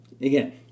Again